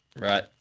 right